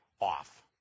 off